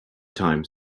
time